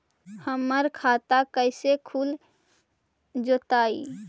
हमर खाता कैसे खुल जोताई?